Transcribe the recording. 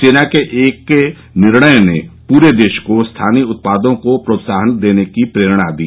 सेना के इस एकनिर्णय ने पूरे देश को स्थानीय उत्पादों को प्रोत्साहन देने की प्रेरणा दी